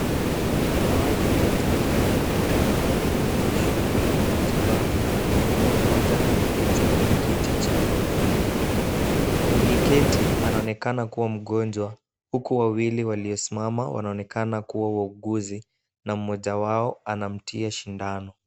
Wanawake watatu wanaonekana wakiwa kwenye shughuli za matibabu huku mmoja ameketi kwenye kiti chekundu. Aliyeketi anaonekana kuwa mgonjwa huku wawili waliosimama wanaonekana kuwa wauguzi na mmoja wao anamtia sindano.